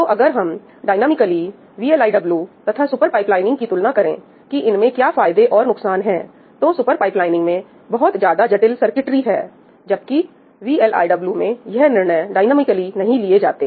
तो अगर हम डायनॉमिकली VLIW तथा सुपर पाइपलाइनिंग की तुलना करें कि इनमें क्या फायदे और नुकसान हैं तो सुपर पाइपलाइनिंग में बहुत ज्यादा जटिल सर्किटरी है जबकि VLIW में यह निर्णय डायनॉमिकली नहीं लिए जाते